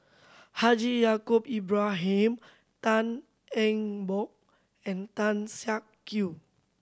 Haji Ya'acob Tan Eng Bock and Tan Siak Kew